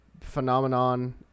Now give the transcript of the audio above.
phenomenon